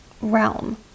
realm